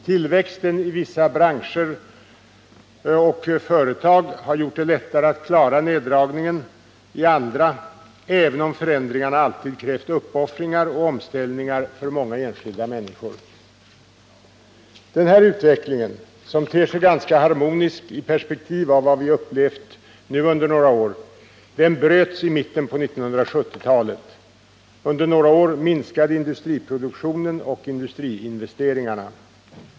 Tillväxten i vissa branscher och företag har gjort det lättare att klara neddragningen i andra, även om förändringarna alltid krävt uppoffringar och omställningar för många enskilda människor. Den här utvecklingen, som ter sig ganska harmonisk i perspektiv av vad vi upplevt nu under några år, bröts i mitten av 1970-talet. Under några år minskade industriproduktionen och industriinvesteringarna.